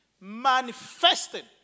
manifested